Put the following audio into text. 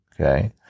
okay